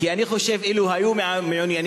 אני חושב שאילו היו מעוניינים,